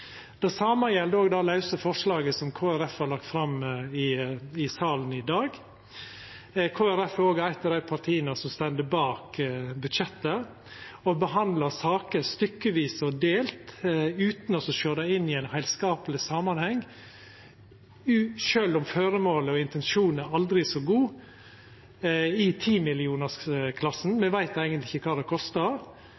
Det same gjeld òg det lause forslaget som Kristeleg Folkeparti har lagt fram i salen i dag. Kristeleg Folkeparti er òg eit av dei partia som står bak budsjettet. Å behandla saker i 10-millionarsklassen – me veit eigentleg ikkje kva det kostar – stykkevis og delt utan å sjå dei i ein heilskapleg samanheng, sjølv om føremålet og intensjonen er aldri så god,